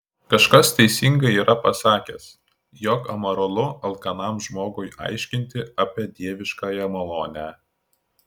kažkas teisingai yra pasakęs jog amoralu alkanam žmogui aiškinti apie dieviškąją malonę